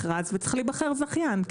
וצריך להיבחר זכיין.